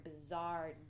bizarre